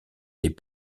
des